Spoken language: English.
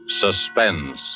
Suspense